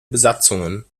besatzungen